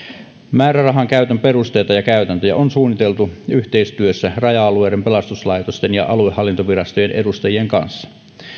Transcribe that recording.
määrärahan käytön perusteita ja käytäntöjä on suunniteltu yhteistyössä raja alueiden pelastuslaitosten ja aluehallintovirastojen edustajien kanssa